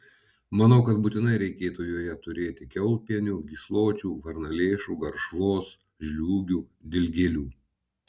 manau kad būtinai reikėtų joje turėti kiaulpienių gysločių varnalėšų garšvos žliūgių dilgėlių